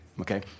Okay